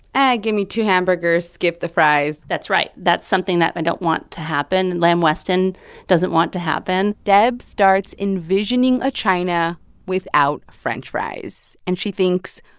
give me two hamburgers, skip the fries that's right. that's something that i don't want to happen, and lamb weston doesn't want to happen deb starts envisioning a china without french fries. and she thinks,